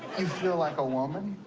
you feel like a woman,